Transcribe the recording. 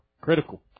Critical